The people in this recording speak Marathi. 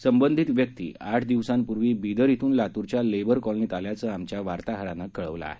संबंधित व्यक्ती आठ दिवसांपूर्वी बिदर श्रून लातूरच्या लेबर कॉलनीत आल्याचं आमच्या वार्ताहरानं कळवलं आहे